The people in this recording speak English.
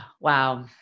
Wow